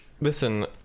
Listen